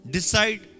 Decide